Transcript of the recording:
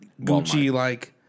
Gucci-like